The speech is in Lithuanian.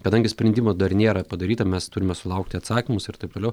kadangi sprendimo dar nėra padaryta mes turime sulaukti atsakymus ir taip toliau